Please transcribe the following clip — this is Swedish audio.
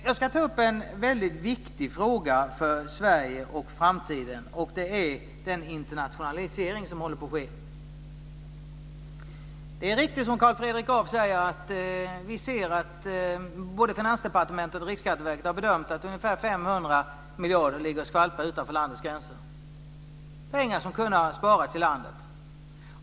Jag ska ta upp en väldigt viktig fråga för Sverige och framtiden, nämligen den internationalisering som håller på att ske. Både Finansdepartementet och Riksskatteverket har bedömt, precis som Carl Fredrik Graf säger, att ungefär 500 miljarder ligger och skvalpar utanför landets gränser, pengar som kunde ha sparats i landet.